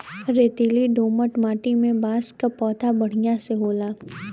रेतीली दोमट माटी में बांस क पौधा बढ़िया से होला